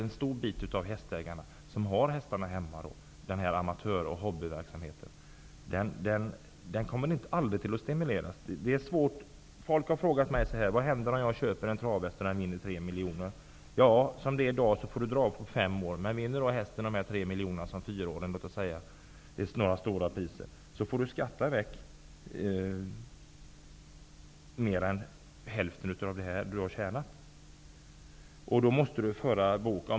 Men just den grupp av hästägare som har hästarna som amatör och hobbyverksamhet kommer aldrig att stimuleras. Människor har frågat mig: Vad händer om jag köper en travhäst och den vinner 3 miljoner? Som det är i dag, svarar jag, får du dra av kostnader för fem år. Men om hästen vinner dessa 3 miljoner eller andra stora priser som fyraåring får du skatta bort mer än hälften av det du har tjänat. Då måste du föra bok.